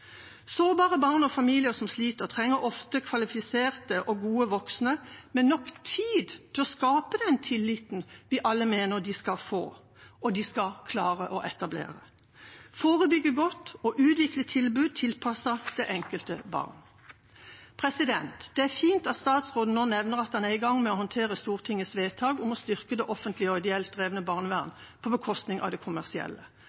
Sårbare barn og familier som sliter, trenger ofte kvalifiserte og gode voksne med nok tid til å skape den tilliten vi alle mener de skal få, og som de skal klare å etablere, forebygge godt og å utvikle tilbud tilpasset det enkelte barn. Det er fint at statsråden nå nevner at han er i gang med å håndtere Stortingets vedtak om å styrke det offentlige og ideelt drevne